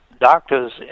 doctors